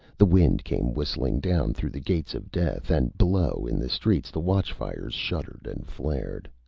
the wind came whistling down through the gates of death, and below in the streets the watchfires shuddered and flared.